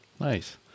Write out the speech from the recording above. Nice